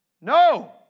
No